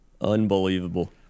Unbelievable